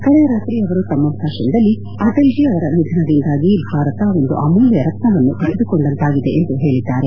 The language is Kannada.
ಕಳೆದ ರಾತ್ರಿ ಅವರು ತಮ್ಮ ಭಾಷಣದಲ್ಲಿ ಅಟಲ್ ಜೀ ಅವರ ನಿಧನದಿಂದಾಗಿ ಭಾರತ ಒಂದು ಅಮೂಲ್ಯ ರತ್ನವನ್ನು ಕಳೆದುಕೊಂಡಂತಾಗಿದೆ ಎಂದು ಹೇಳದ್ದಾರೆ